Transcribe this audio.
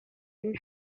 even